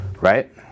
right